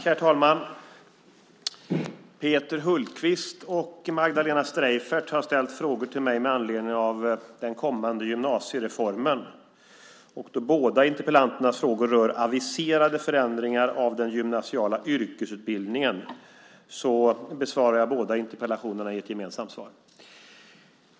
Herr talman! Peter Hultqvist och Magdalena Streijffert har ställt frågor till mig med anledning av den kommande gymnasiereformen. Då båda interpellanternas frågor rör aviserade förändringar av den gymnasiala yrkesutbildningen besvarar jag båda interpellationerna i ett gemensamt svar.